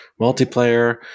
multiplayer